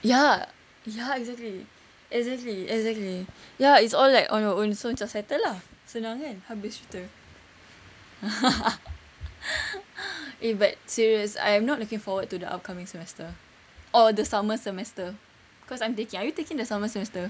ya ya exactly exactly exactly ya it's all like on your own so macam settle lah senang kan habis cerita eh but serious I'm not looking forward to the upcoming semester or the summer semester cause I'm taking are you taking the summer semester